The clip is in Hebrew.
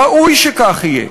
ראוי שכך יהיה.